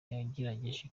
yegereje